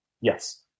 Yes